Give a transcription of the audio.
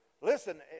listen